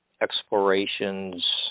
explorations